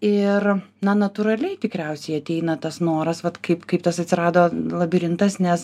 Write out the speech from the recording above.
ir na natūraliai tikriausiai ateina tas noras vat kaip kaip tas atsirado labirintas nes